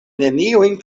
neniujn